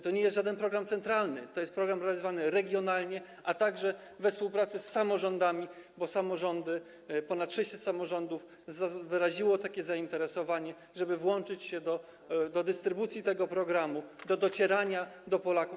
To nie jest żaden program centralny, to jest program realizowany regionalnie, a także we współpracy z samorządami, bo samorządy, ponad 600 samorządów wyraziło takie zainteresowanie, żeby włączyć się do dystrybucji tego programu, do docierania do Polaków.